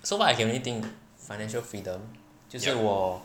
so what I can only think financial freedom 就是我